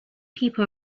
people